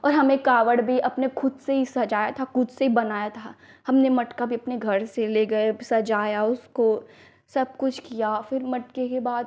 और हमने काँवड़ भी खुद से ही सजाया था खुद से बनाया था हम मटका भी अपने घर से ले गए सजाया उसको सबकुछ किया फिर मटके के बाद